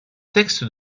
textes